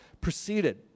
proceeded